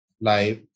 life